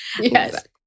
Yes